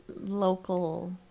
local